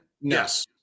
Yes